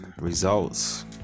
results